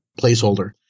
placeholder